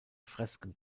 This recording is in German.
fresken